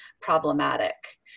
problematic